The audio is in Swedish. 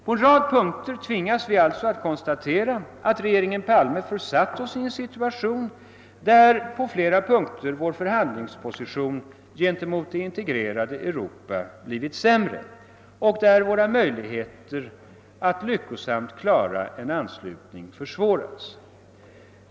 På en rad punkter tvingas vi alltså konstatera att regeringen Palme försatt oss i en situation där vår förhandlingsposition gentemot det integrerade Europa blivit sämre och där våra möjligheter att lyckosamt klara en anslutning försvårats.